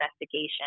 investigation